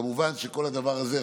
כמובן שכל הדבר הזה,